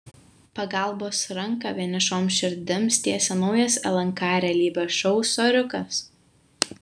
pagalbos ranką vienišoms širdims tiesia naujas lnk realybės šou soriukas